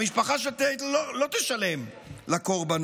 המשפחה של טייטל לא תשלם לקורבנות.